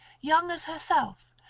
young as herself,